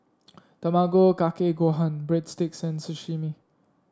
Tamago Kake Gohan Breadsticks and Sashimi